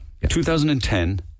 2010